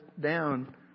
down